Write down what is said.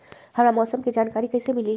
हमरा मौसम के जानकारी कैसी मिली?